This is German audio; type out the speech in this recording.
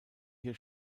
hier